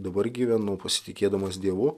dabar gyvenu pasitikėdamas dievu